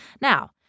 Now